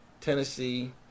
Tennessee